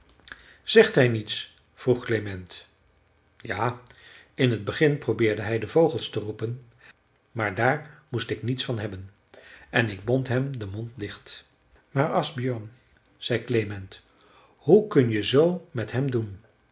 zegt hij niets vroeg klement ja in t begin probeerde hij de vogels te roepen maar daar moest ik niets van hebben en ik bond hem den mond dicht maar asbjörn zei klement hoe kun je zoo met hem doen